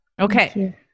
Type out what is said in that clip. Okay